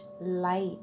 light